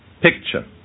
picture